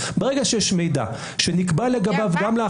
נכון.